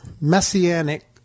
messianic